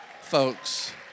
folks